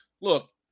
look